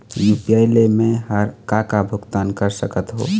UPI ले मे हर का का भुगतान कर सकत हो?